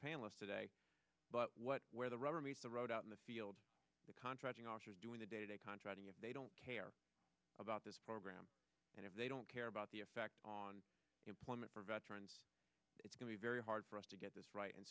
panelist today but what where the rubber meets the road out in the field the contracting officers doing the day to day contracting if they don't care about this program and if they don't care about the effect on employment for veterans it's going to be very hard for us to get this right and